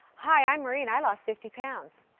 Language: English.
hi, i'm marie, and i lost fifty pounds.